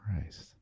Christ